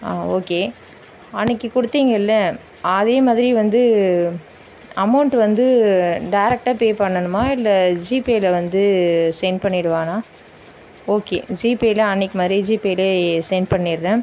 ஆ okay அன்னைக்கு கொடுத்தீங்க இல்லை அதே மாதிரி வந்து அமௌன்ட் வந்து டேரெக்ட்டாக பே பண்ணனுமா இல்லை ஜிபேவில வந்து சென்ட் பண்ணிடுவானா ஓகே ஜிபேல அன்னக்கி மாதிரி ஜிபேல சென்ட் பண்ணிடுறேன்